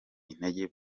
intege